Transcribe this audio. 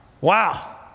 Wow